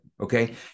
okay